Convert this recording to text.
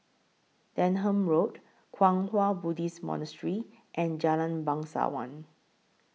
Denham Road Kwang Hua Buddhist Monastery and Jalan Bangsawan